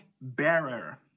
bearer